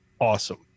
awesome